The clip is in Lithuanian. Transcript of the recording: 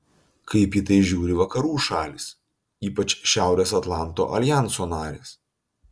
kaip į tai žiūri vakarų šalys ypač šiaurės atlanto aljanso narės